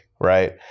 right